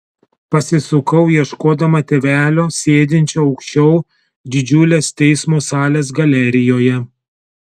pasisukau ieškodama tėvelio sėdinčio aukščiau didžiulės teismo salės galerijoje